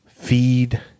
feed